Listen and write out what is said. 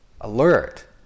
alert